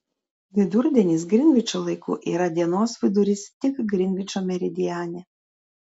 vidurdienis grinvičo laiku yra dienos vidurys tik grinvičo meridiane